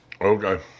Okay